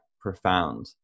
profound